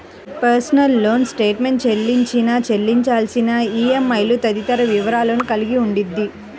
personal loan statement చెల్లించిన, చెల్లించాల్సిన ఈఎంఐలు తదితర వివరాలను కలిగి ఉండిద్ది